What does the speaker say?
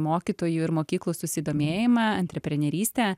mokytojų ir mokyklų susidomėjimą antreprenerystę